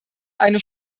eine